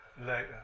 later